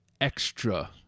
extra